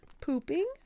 Pooping